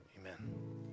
amen